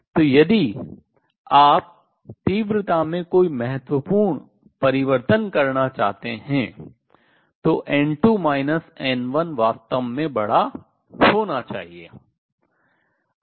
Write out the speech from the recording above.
तो यदि आप तीव्रता में कोई महत्वपूर्ण परिवर्तन करना चाहते हैं तो वास्तव में बड़ा होना चाहिए